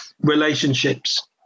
relationships